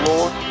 Lord